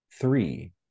three